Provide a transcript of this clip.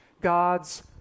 God's